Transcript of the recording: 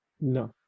No